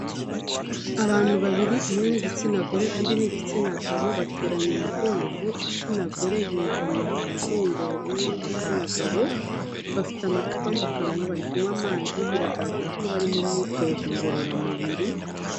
Abantu babiri, umwe n'igitsina gore, undi n'igitsina gabo, bateranye umugongo igitsina gore yegamye ku mugongo w'uw'igitsina gabo, bafite amacupa mu kanwa bari kunywa amazi, biragaragara ko bari mu myitozo ngororamubiri.